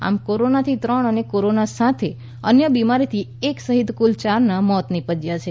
આમ કોરોનાથી ત્રણ અને કોરોના સાથે અન્ય બિમારીથી એક સહિત કુલ ચારનાં મોત નિપજ્યાં છે